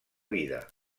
vida